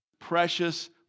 precious